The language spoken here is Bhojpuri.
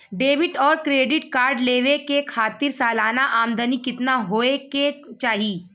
डेबिट और क्रेडिट कार्ड लेवे के खातिर सलाना आमदनी कितना हो ये के चाही?